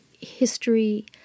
history